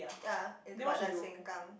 ya eh but the Sengkang